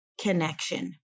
connection